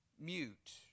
Mute